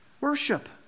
Worship